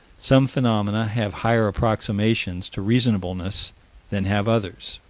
some phenomena have higher approximations to reasonableness than have others.